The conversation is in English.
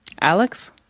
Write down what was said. Alex